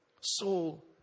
Saul